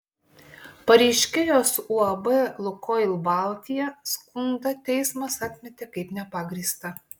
pareiškėjos uab lukoil baltija skundą teismas atmetė kaip nepagrįstą